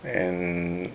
and